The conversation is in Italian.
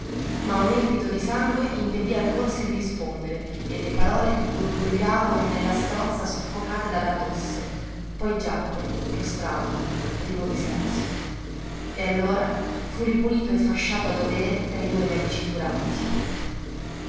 ma un empito di sangue impedì al corsi di rispondere e le parole gli gorgogliarono nella strozza soffocate dalla tosse poi giacque prostrato privo di sensi e allora fu ripulito e fasciato a dovere dai due medici curanti